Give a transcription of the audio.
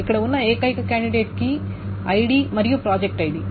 ఇక్కడ ఉన్న ఏకైక కాండిడేట్ కీ ఐడి మరియు ప్రాజెక్ట్ ఐడి